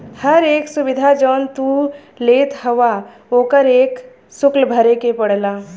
हर एक सुविधा जौन तू लेत हउवा ओकर एक सुल्क भरे के पड़ला